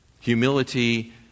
Humility